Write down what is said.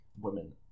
women